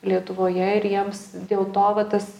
lietuvoje ir jiems dėl to va tas